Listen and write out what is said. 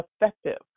effective